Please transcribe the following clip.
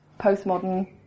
postmodern